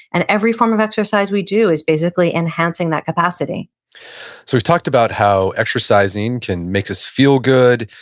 and every form of exercise we do is basically enhancing that capacity we've talked about how exercising can make us feel good,